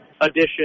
edition